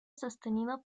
sostenido